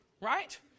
right